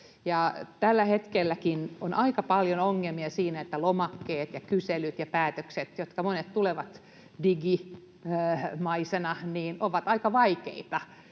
Tällä hetkelläkin on aika paljon ongelmia siinä, että lomakkeet ja kyselyt ja päätökset, joista monet tulevat digimaisena, ovat aika vaikeita.